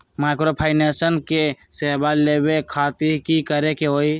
Microfinance के सेवा लेबे खातीर की करे के होई?